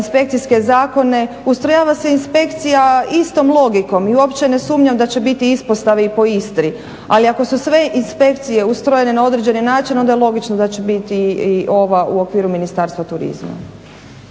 inspekcijske zakone, ustrojava se inspekcija istom logikom i uopće ne sumnjam da će biti ispostave i po Istri. Ali ako su sve inspekcije ustrojene na određeni način, onda je logično da će biti i ova u okviru Ministarstva turizma.